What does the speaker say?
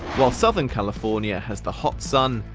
while southern california has the hot sun,